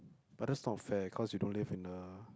but that's not fair cause you don't live in a